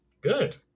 good